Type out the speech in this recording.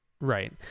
Right